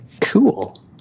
Cool